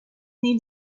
need